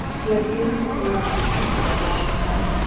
who hath given to david the king a wise son,